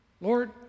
Lord